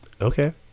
Okay